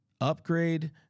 upgrade